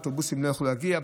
ואוטובוסים לא הספיקו להגיע.